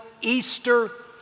Easter